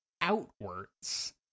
outwards